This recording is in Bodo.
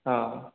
ओह